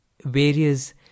various